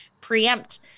preempt